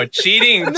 cheating